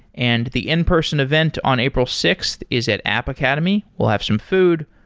and the in-person event on april sixth is at app academy. we'll have some food,